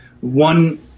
One